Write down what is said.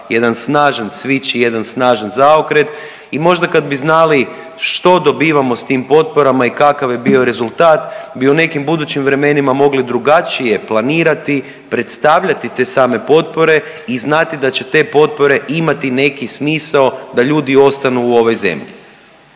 jedan snažan switch i jedan snažan zaokret. I možda kad bi znali što dobivamo s tim potporama i kakav je bio rezultat bi u nekim budućim vremenima mogli drugačije planirati, predstavljati te same potpore i znati da će te potpore imati neki smisao da ljudi ostanu u ovoj zemlji.